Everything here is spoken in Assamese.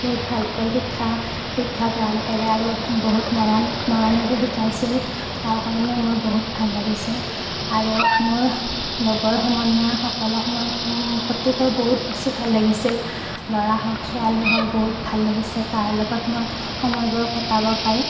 বহুত ভালকৈ শিক্ষা শিক্ষা গ্ৰহণ কৰে আৰু বহুত মৰম মৰমেৰে শিকাইছিল তাৰ কাৰণে মই বহুত ভাল লাগিছিল আৰু মোৰ লগৰ সমনীয়াসকলক মই অতিকৈ বহুত বেছি ভাল লাগিছিল ল'ৰা হওঁক ছোৱালী হওঁক বহুত ভাল লাগিছে তাৰ লগত মোৰ সময়বোৰ কটাব পাই